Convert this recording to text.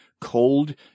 cold